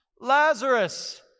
Lazarus